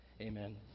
Amen